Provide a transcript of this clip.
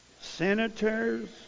Senators